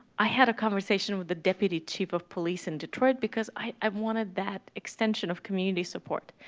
i had a conversation with the deputy chief of police in detroit because i wanted that extension of community support,